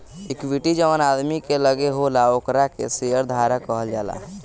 equity जवन आदमी के लगे होला ओकरा के शेयर धारक कहल जाला